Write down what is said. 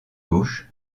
gauche